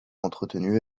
entretenus